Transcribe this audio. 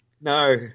No